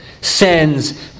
sends